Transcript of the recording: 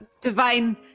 divine